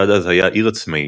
שעד אז היה עיר עצמאית,